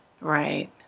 Right